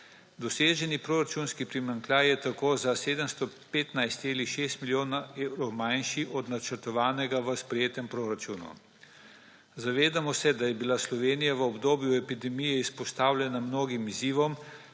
Doseženi proračunski primanjkljaj je tako za 715,6 milijona evrov manjši od načrtovanega v sprejetjem proračunu. Zavedamo se, da je bila Slovenija v obdobju epidemije izpostavljena mnogim izzivom,